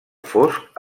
fosc